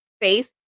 face